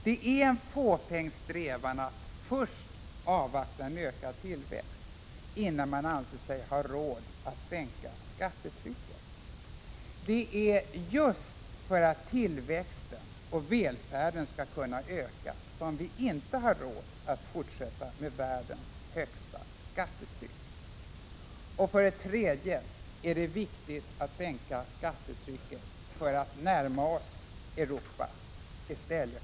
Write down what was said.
Det är en fåfäng strävan att avvakta en ökad tillväxt innan man anser sig ha råd att sänka skattetrycket. Det är just för att tillväxten och välfärden skall kunna öka som Sverige inte har råd att fortsätta med världens högsta skattetryck. 3. För att närma oss i stället för att avlägsna oss från Europa.